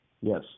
Yes